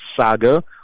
saga